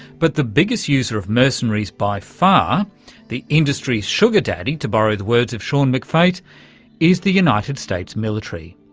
but the biggest user of mercenaries by far the industry's sugar daddy to borrow the words of sean mcfate is the united states military,